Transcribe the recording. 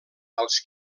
als